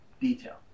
detail